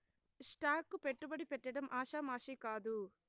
stock కు పెట్టుబడి పెట్టడం ఆషామాషీ కాదు